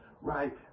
right